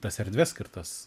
tas erdves skirtas